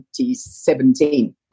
2017